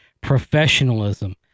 professionalism